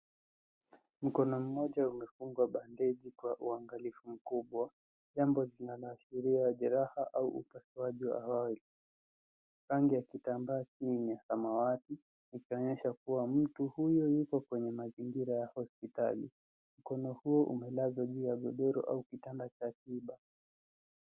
Mkono mmoja umefungwa bandeji kwa uangalifu mkubwa jambo linaloashiria jeraha au upasuaji wa awali. Rangi ya kitambaa hii ni ya samawati ikionyesha kuwa mtu huyo yuko kwenye mazingira ya hospitali. Mkono huo umelazwa juu ya godoro au kitanda cha tiba.